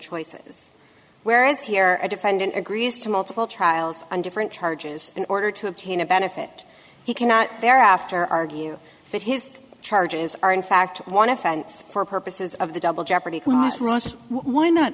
choices whereas here a defendant agrees to multiple trials on different charges in order to obtain a benefit he cannot thereafter argue that his charges are in fact one offense for purposes of the double jeopardy clause runs why not